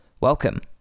Welcome